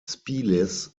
spieles